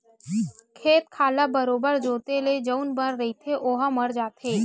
खेत खार ल बरोबर जोंते ले जउन बन रहिथे ओहा मर जाथे